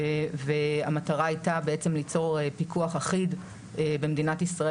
והמטרה הייתה ליצור פיקוח אחיד במדינת ישראל